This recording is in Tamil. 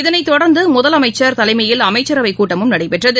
இதனைத் தொடர்ந்து முதலமைச்சள் தலைமையில் அமைச்சரவைக் கூட்டமும் நடைபெற்றது